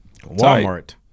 Walmart